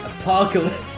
Apocalypse